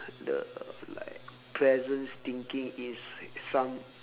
the like pleasant thinking in some